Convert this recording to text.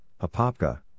Apopka